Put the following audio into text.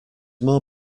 more